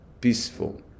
peaceful